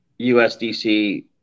usdc